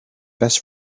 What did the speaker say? best